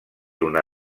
una